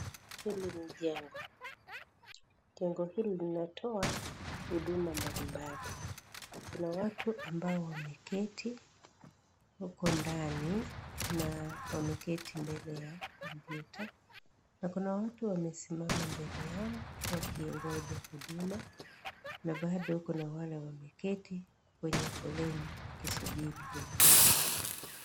Hili ni jengo. Jengo hili linatoa huduma mbalimbali kuna watu ambao wameketi huku ndani na wameketi mbele ya kompyuta na kuna watu wamesimama mbele yao wakingoja huduma na bado kuna wale wameketi kwenye foleni wakisubiri huduma zao.